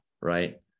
right